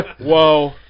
whoa